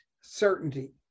certainty